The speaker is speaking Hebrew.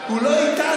הוא לא איתנו.